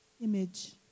image